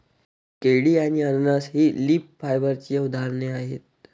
केळी आणि अननस ही लीफ फायबरची उदाहरणे आहेत